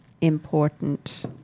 important